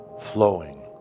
flowing